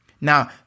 Now